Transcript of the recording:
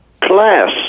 class